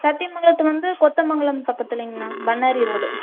சத்தியமங்கலத்துலர்ந்து கொத்தமங்கலம் பக்கத்திலேங்கண்ணா பண்ணாரி ரோடு